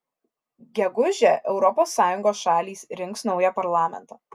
gegužę europos sąjungos šalys rinks naują parlamentą